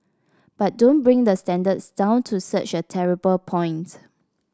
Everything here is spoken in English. but don't bring the standards down to such a terrible point